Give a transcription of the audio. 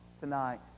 Tonight